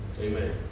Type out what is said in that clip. Amen